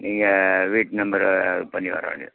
நீங்கள் வீட்டு நம்பரை பண்ணி வர வேண்டியது தான்